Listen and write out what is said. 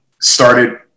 started